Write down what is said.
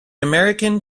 american